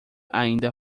ainda